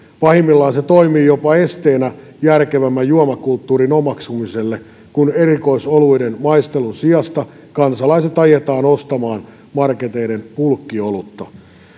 pahimmillaan se toimii jopa esteenä järkevämmän juomakulttuurin omaksumiselle kun erikoisoluiden maistelun sijasta kansalaiset ajetaan ostamaan markettien bulkkiolutta